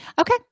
Okay